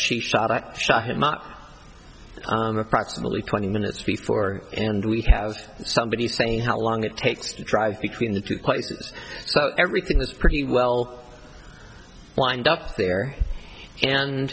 she shot i shot him out of proximity twenty minutes before and we have somebody saying how long it takes to drive between the two quite so everything is pretty well lined up there and